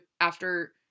after-